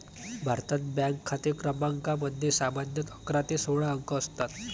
भारतात, बँक खाते क्रमांकामध्ये सामान्यतः अकरा ते सोळा अंक असतात